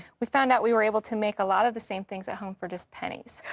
we found out we were able to make a lot of the same things at home for just pennies.